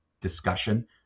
discussion